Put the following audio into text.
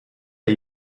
der